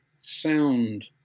sound